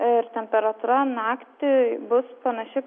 ir temperatūra naktį bus panaši